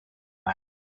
less